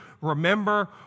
Remember